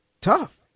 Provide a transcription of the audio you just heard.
tough